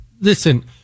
Listen